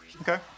Okay